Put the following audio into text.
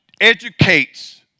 Educates